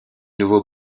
nouveau